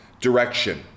direction